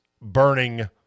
burning